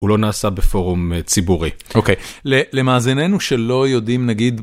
הוא לא נעשה בפורום ציבורי. אוקיי, למאזיננו שלא יודעים, נגיד...